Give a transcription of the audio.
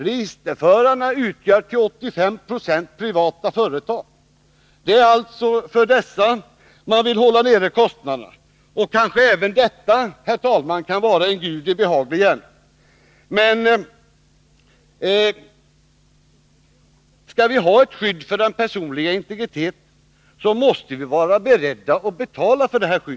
Registerförarna utgörs till 85 96 av privata företag. Det är alltså för dessa man vill hålla nere kostnaderna, och kanske även detta, herr talman, kan vara en Gudi behaglig gärning. Men skall vi ha ett skydd för den personliga integriteten, måste vi vara beredda att betala för det.